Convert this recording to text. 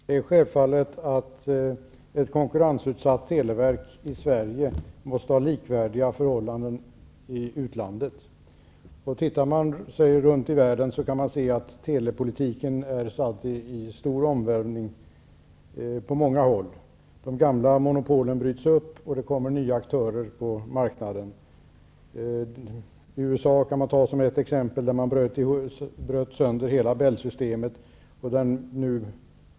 Herr talman! Det är självklart att ett konkurrensutsatt televerk i Sverige måste verka under likvärdiga förhållanden i utlandet. Om man ser sig runt i världen finner man att telepolitiken på många håll är föremål för en stor omvälvning. De gamla monopolen bryts upp, och det kommer nya aktörer på marknaden. Som exempel kan nämnas USA, där man bröt sönder hela Bellsystemet.